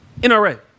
NRA